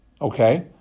Okay